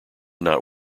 not